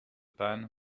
pan